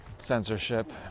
censorship